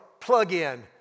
plug-in